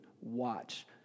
watch